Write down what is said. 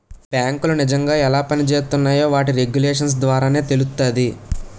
బేంకులు నిజంగా ఎలా పనిజేత్తున్నాయో వాటి రెగ్యులేషన్స్ ద్వారానే తెలుత్తాది